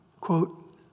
quote